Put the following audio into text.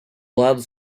lado